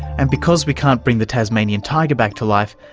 and because we can't bring the tasmanian tiger back to life,